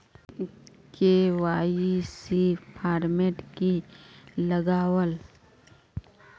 KYC format की लगावल?